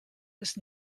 ist